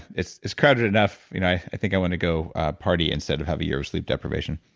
it's it's crowded enough. you know i think i want to go party instead of have a year of sleep deprivation,